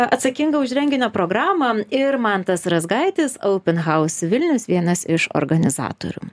atsakinga už renginio programą ir mantas razgaitis open house vilnius vienas iš organizatorių